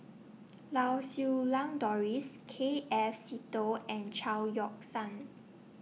Lau Siew Lang Doris K F Seetoh and Chao Yoke San